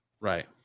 Right